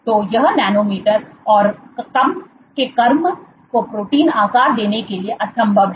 तो यह नैनोमीटर और कम के क्रम में प्रोटीन आकार देने के लिए असंभव है